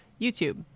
YouTube